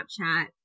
Snapchat